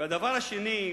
והדבר השני,